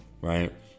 right